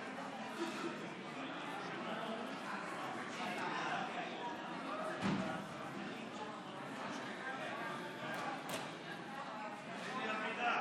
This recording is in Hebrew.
56. אם כך,